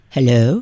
Hello